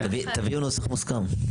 תביאו נוסח מוסכם.